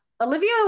Olivia